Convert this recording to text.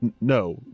No